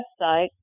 website